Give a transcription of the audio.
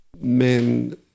men